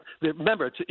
Remember